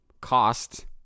cost